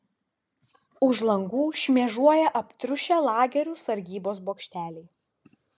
už langų šmėžuoja aptriušę lagerių sargybos bokšteliai